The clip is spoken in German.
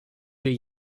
will